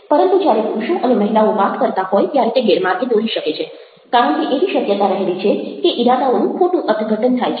પરંતુ જ્યારે પુરૂષો અને મહિલાઓ વાત કરતા હોય ત્યારે તે ગેરમાર્ગે દોરી શકે છે કારણ કે એવી શક્યતા રહેલી છે કે ઈરાદાઓનું ખોટું અર્થઘટન થાય છે